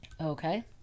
Okay